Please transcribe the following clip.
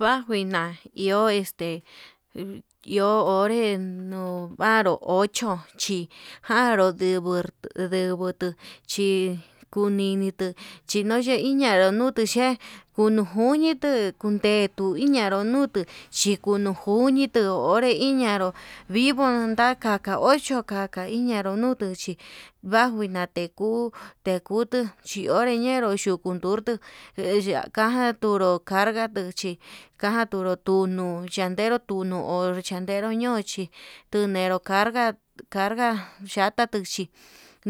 Va kuina iho este iho onre vanru ocho chí njanru ndingor ndu ndibutu chí, kuninitu chinoch hi ñanruu no'o tu xhe kuño'o ngunite kundetu iñanru nutuu chiko ñojunitu onré iñanru vivi nandaka ocho kaka iñanro ndutuu chí vaguu nate kuu, tekutu xhionre ñienru bajun ndutu eya'a kaja njunrú kargatu chí kaja tunuu yandenru tunuu onro chandenró ñoo chí, tunero carga carga chata tuchí